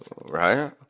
Right